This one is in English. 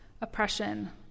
oppression